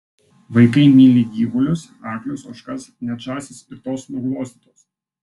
vaikai myli gyvulius arklius ožkas net žąsys ir tos nuglostytos